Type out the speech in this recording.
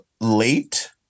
late